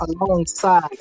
alongside